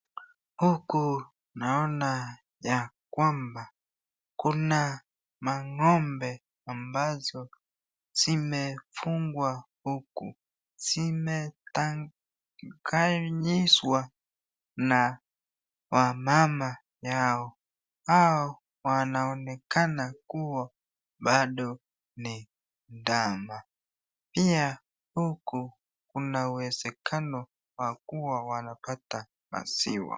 Huku naona ya kwamba kuna mang'ombe ambazo zimefungwa huku. Zimetenganishwa na wamama yao. Hao wanaonekana kuwa bado ni ndama. Pia huku kuna uwezekano ya kuwa wanapata maziwa.